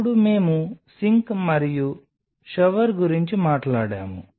అప్పుడు మేము సింక్ మరియు షవర్ గురించి మాట్లాడాము